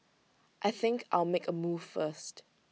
I think I'll make A move first